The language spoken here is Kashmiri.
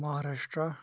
مَہاراشٹرا